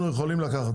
אנחנו יכולים לקחת.